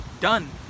done